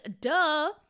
duh